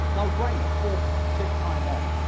no brainer. fourth time, fifth time on.